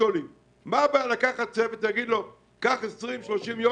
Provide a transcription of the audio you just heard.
מה הבעיה לקחת צוות ולתת לו 20,30 ימים?